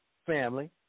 family